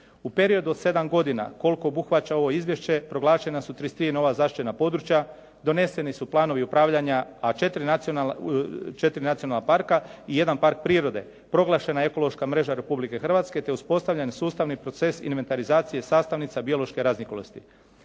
U periodu od 7 godina koliko obuhvaća ovo izvješće proglašena su 33 nova zaštićena područja, doneseni su planovi upravljanja, a 4 nacionalna parka i 1 park prirode. Proglašena je ekološka mreža Republike Hrvatske te je uspostavljen sustavni proces inventarizacije sastavnica biološke raznolikosti.